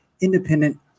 independent